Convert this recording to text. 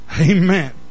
Amen